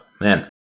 Man